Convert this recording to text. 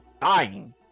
dying